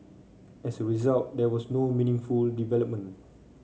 as a result there was no meaningful development